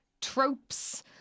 tropes